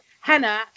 Hannah